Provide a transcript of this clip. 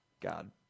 God